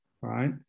right